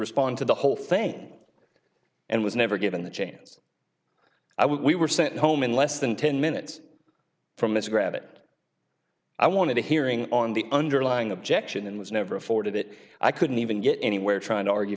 respond to the whole thing and was never given the chance i would we were sent home in less than ten minutes from this grab it i wanted a hearing on the underlying objection and was never afforded it i couldn't even get anywhere trying to argue